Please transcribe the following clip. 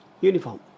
uniform